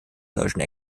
deutschen